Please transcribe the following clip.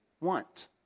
want